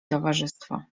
towarzystwo